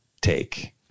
take